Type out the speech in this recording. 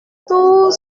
tous